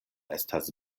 estas